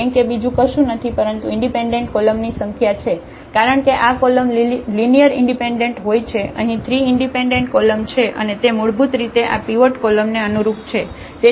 rank એ બીજું કશું નથી પરંતુ ઇન્ડિપેન્ડન્ટ કોલમની સંખ્યા છે કારણ કે આ કોલમ લિનિયર ઇન્ડિપેન્ડન્ટ હોય છે અહીં 3 ઇન્ડિપેન્ડન્ટ કોલમ છે અને તે મૂળભૂત રીતે આ પીવોટ કોલમને અનુરૂપ છે